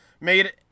made